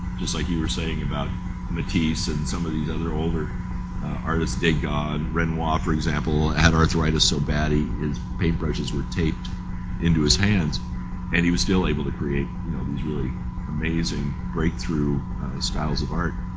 just like you were saying about matisse and some of these other older artists they'd gone renoir for example had arthritis so bad his paint brushes were taped into his hands and he was still able to create you know, these really amazing breakthrough styles of art.